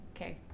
Okay